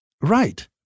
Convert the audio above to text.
Right